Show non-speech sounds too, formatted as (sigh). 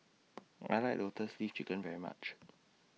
(noise) I like Lotus Leaf Chicken very much (noise)